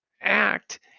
act